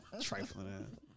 trifling